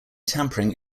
tampering